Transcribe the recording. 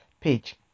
page